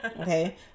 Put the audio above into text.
Okay